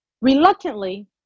Reluctantly